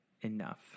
enough